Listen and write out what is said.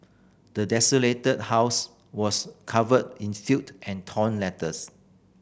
the desolated house was covered in filth and torn letters